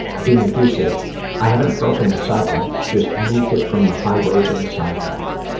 being abusive i haven't broken the cycle. just moved it from the highway to the sidewalk.